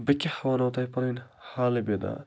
بہٕ کیٛاہ وَنہو تۄہہِ پنُن حالہِ بِداد